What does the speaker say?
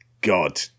God